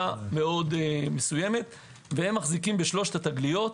מאוד מסוימת והם מחזיק בשלוש התגליות.